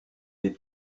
est